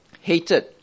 hated